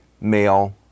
male